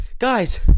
GUYS